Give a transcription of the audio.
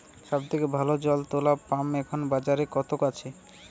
সব থেকে ভালো জল তোলা পাম্প এখন বাজারে কত আছে?